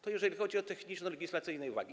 Tyle, jeżeli chodzi o techniczno-legislacyjne uwagi.